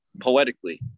poetically